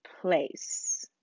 place